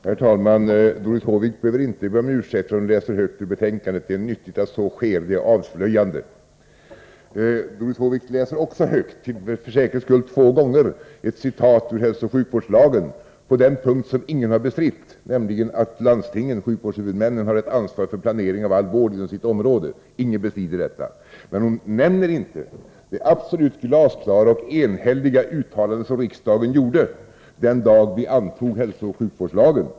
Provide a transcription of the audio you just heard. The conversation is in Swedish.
Herr talman! Doris Håvik behöver inte be om ursäkt för att hon läste högt ur betänkandet. Det var nyttigt att så skedde. Det är nämligen avslöjande. Doris Håvik läste högt — för säkerhets skull två gånger — ett citat också ur hälsooch sjukvårdslagen på den punkt som ingen har bestritt, nämligen att landstingen, sjukvårdshuvudmännen, har ett ansvar för planeringen av all vård inom sina resp. områden. Ingen bestrider detta. Men Doris Håvik nämnde inte det absolut glasklara och enhälliga uttalande som riksdagen gjorde den dag vi antog hälsooch sjukvårdslagen.